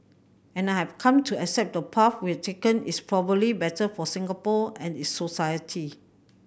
and I have come to accept the path we've taken is probably better for Singapore and its society